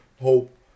Hope